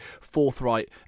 forthright